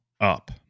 up